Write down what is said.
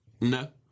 no